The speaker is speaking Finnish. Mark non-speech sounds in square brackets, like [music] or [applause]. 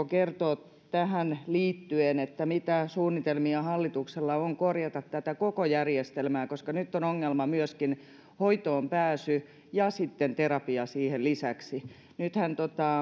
[unintelligible] kertoa tähän liittyen mitä suunnitelmia hallituksella on korjata tätä koko järjestelmää koska nyt on ongelma myöskin hoitoonpääsy ja sitten terapia siihen lisäksi nythän